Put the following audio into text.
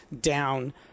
down